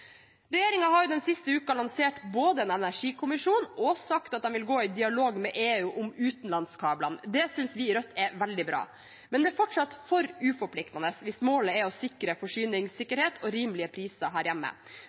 har den siste uken både lansert en energikommisjon og sagt at de vil gå i dialog med EU om utenlandskablene. Det synes vi i Rødt er veldig bra, men det er fortsatt for uforpliktende hvis målet er å sikre forsyningssikkerhet og rimelige priser her hjemme.